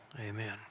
Amen